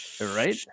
right